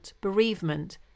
bereavement